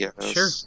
sure